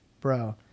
Bro